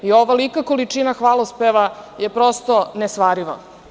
Ovolika količina hvalospeva je, prosto, nesvariva.